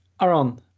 Aaron